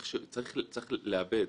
צריך לעבד,